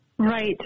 Right